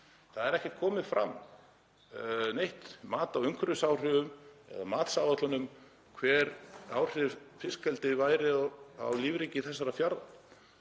það er ekki komið fram neitt mat á umhverfisáhrifum eða matsáætlanir um hver áhrif fiskeldis væru á lífríki þessara fjarða.